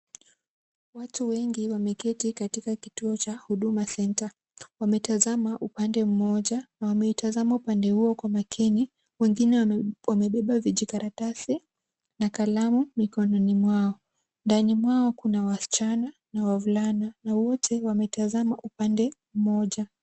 Watu wengi wameketi katika kituo cha Huduma Center, wametazama upande mmoja, na wameitazama upande huo kwa umakini wengine wamebeba vijikaratasi na kalamu mikononi mwao. Ndani mwao kuna waschana na wavulana na wote wametazama upande mmoja.